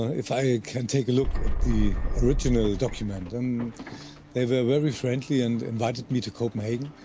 if i can take a look at the original document. and they were very friendly and invited me to copenhagen.